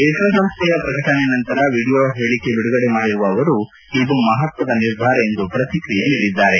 ವಿಶ್ವಸಂಸ್ಥೆಯ ಪ್ರಕಟಣೆ ನಂತರ ವಿಡಿಯೋ ಹೇಳಿಕೆ ಬಿಡುಗಡೆ ಮಾಡಿರುವ ಅವರು ಇದು ಮಹತ್ವದ ನಿರ್ಧಾರ ಎಂದು ಪ್ರತಿಕ್ರಿಯಿಸಿದ್ದಾರೆ